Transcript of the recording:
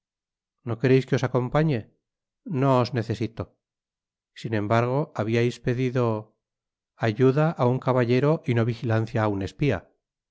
no quereis que os acompañe no os necesito sin embargo habiais pedido ayuda á un caballero y no vigilancia á un espia